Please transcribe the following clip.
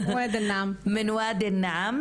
נמצאים בוואדי אל-נעאם